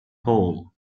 all